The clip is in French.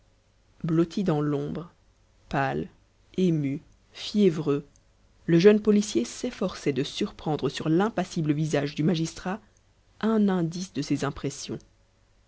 blotti dans l'ombre pâle ému fiévreux le jeune policier s'efforçait de surprendre sur l'impassible visage du magistrat un indice de ses impressions